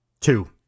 Two